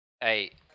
Hey